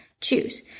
Choose